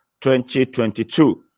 2022